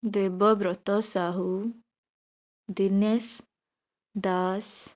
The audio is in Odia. ଦେବବ୍ରତ ସାହୁ ଦିନେଶ ଦାସ